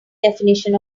definition